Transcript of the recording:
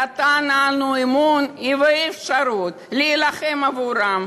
נתן בנו אמון ואפשרות להילחם עבורם,